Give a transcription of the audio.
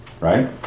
right